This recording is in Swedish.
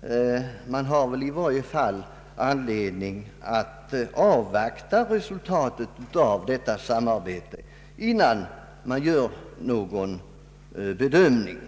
Det finns väl i varje fall anledning att avvakta resultatet av det nu inledda samarbetet innan man gör någon bedömning.